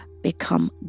become